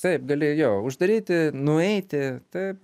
taip gali jo uždaryti nueiti taip